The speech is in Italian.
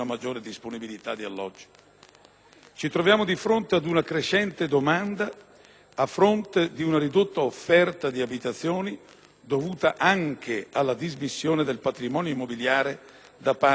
Ci troviamo dinanzi ad una crescente domanda a fronte di una ridotta offerta di abitazioni, dovuta anche alla dismissione del patrimonio immobiliare da parte degli enti previdenziali.